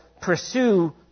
pursue